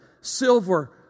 silver